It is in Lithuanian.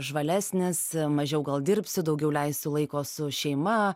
žvalesnis mažiau gal dirbsiu daugiau leisiu laiko su šeima